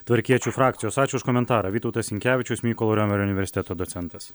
tvarkiečių frakcijos ačiū už komentarą vytautas sinkevičius mykolo romerio universiteto docentas